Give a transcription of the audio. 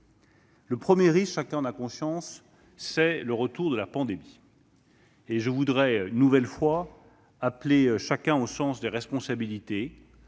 Le premier risque, chacun en a conscience, c'est le retour de la pandémie. Je voudrais une nouvelle fois appeler chacun au sens des responsabilités,